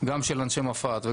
גם של אנשי מפא"ת,